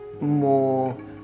more